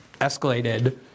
escalated